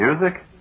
music